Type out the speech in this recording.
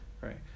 right